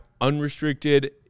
unrestricted